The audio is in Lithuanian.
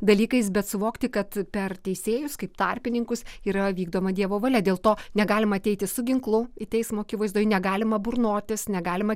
dalykais bet suvokti kad per teisėjus kaip tarpininkus yra vykdoma dievo valia dėl to negalima ateiti su ginklu į teismo akivaizdoj negalima burnotis negalima